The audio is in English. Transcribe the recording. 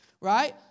right